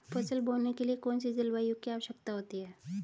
फसल बोने के लिए कौन सी जलवायु की आवश्यकता होती है?